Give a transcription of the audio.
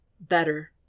Better